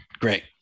great